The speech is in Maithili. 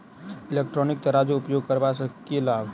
इलेक्ट्रॉनिक तराजू उपयोग करबा सऽ केँ लाभ?